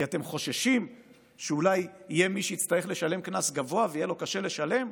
כי אתם חוששים שאולי יהיה מי שיצטרך לשלם קנס גבוה ויהיה לו קשה לשלם?